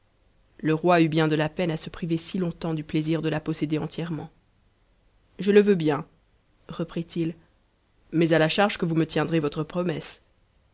le roi eut bien de la peine à se priver si longtemps du plaisir de la posséder entièrement je te veux bien reprit-il mais à la charge que vous me tiendrez votre promesse